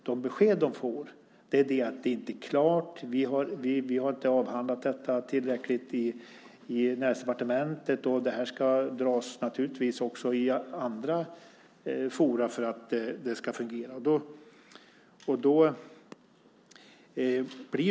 De besked de får är att detta inte är klart, att ni inte har avhandlat det tillräckligt i Näringsdepartementet och att det naturligtvis ska dras också i andra forum för att det ska fungera.